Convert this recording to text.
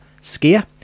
skier